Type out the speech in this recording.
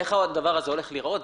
איך הדבר הזה צריך להיראות,